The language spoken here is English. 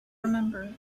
remember